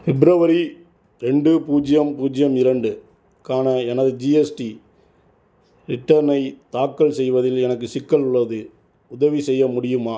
February ரெண்டு பூஜ்ஜியம் பூஜ்ஜியம் இரண்டுக்கான எனது ஜிஎஸ்டி ரிட்டர்னை தாக்கல் செய்வதில் எனக்கு சிக்கல் உள்ளது உதவி செய்ய முடியுமா